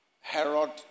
Herod